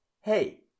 hey